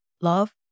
Love